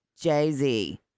Jay-Z